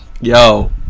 Yo